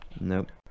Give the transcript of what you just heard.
Nope